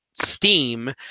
Steam